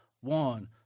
one